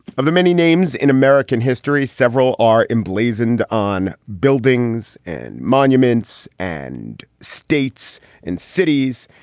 um the many names in american history, several are emblazoned on buildings and monuments and states and cities.